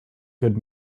good